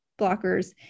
blockers